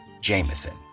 jameson